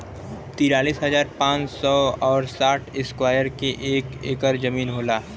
तिरालिस हजार पांच सौ और साठ इस्क्वायर के एक ऐकर जमीन होला